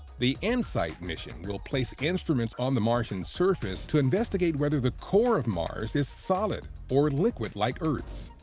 the insight mission will place instruments on the martian surface to investigate whether the core of mars is solid or liquid like earth's.